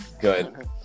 Good